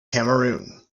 cameroon